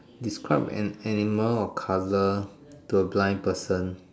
describe an animal of colour to a blind person